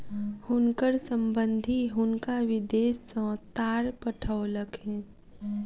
हुनकर संबंधि हुनका विदेश सॅ तार पठौलखिन